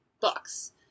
books